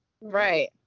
Right